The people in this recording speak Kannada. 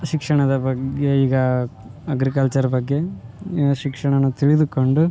ಶಿಕ್ಷಣದ ಬಗ್ಗೆ ಈಗ ಅಗ್ರಿಕಲ್ಚರ್ ಬಗ್ಗೆ ಶಿಕ್ಷಣ ತಿಳಿದುಕೊಂಡು